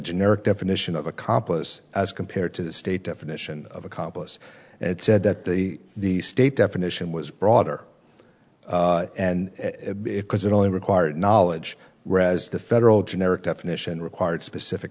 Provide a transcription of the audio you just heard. generic definition of accomplice as compared to the state definition of accomplice and it said that the the state definition was broader and because it only required knowledge rez the federal generic definition required specific